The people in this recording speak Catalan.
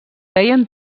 veien